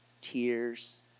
tears